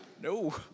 No